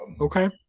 Okay